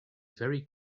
very